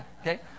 okay